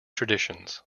traditions